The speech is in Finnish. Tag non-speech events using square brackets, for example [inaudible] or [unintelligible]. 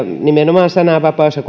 nimenomaan sananvapauden ja [unintelligible]